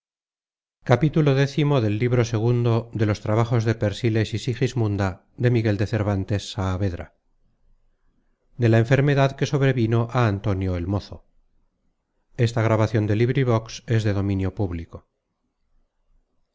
yerro de la enfermedad que sobrevino á antonio el